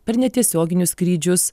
per netiesioginius skrydžius